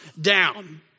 down